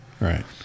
Right